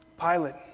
Pilate